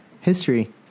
history